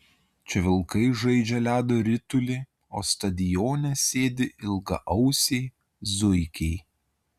čia vilkai žaidžia ledo ritulį o stadione sėdi ilgaausiai zuikiai